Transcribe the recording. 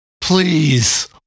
Please